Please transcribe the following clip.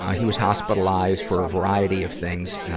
he was hospitalized for a variety of things, ah,